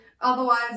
Otherwise